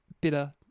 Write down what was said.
bitter